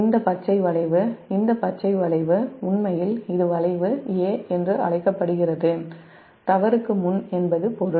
இந்த பச்சை வளைவு உண்மையில் இது வளைவு 'A' என்று அழைக்கப்படுகிறது தவறுக்கு முன் என்பது பொருள்